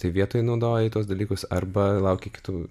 tai vietoj naudoji tuos dalykus arba lauki kitų